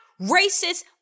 racist